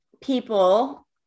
people